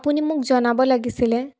আপুনি মোক জনাব লাগিছিলে